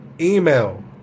email